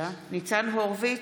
(קוראת בשמות חברי הכנסת) ניצן הורוביץ,